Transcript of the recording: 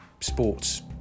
sports